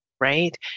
right